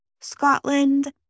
Scotland